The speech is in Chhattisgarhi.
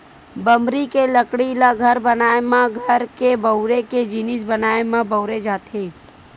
बमरी के लकड़ी ल घर बनाए म, घर के बउरे के जिनिस बनाए म बउरे जाथे